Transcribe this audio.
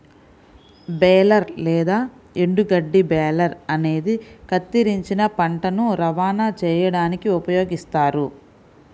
baler లేదా ఎండుగడ్డి baler అనేది కత్తిరించిన పంటను రవాణా చేయడానికి ఉపయోగిస్తారు